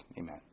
amen